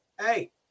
Hey